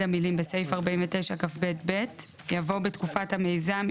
המילים "בסעיף 49כב(ב)" יבוא "בתקופת המיזם,